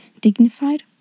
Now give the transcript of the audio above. dignified